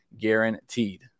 guaranteed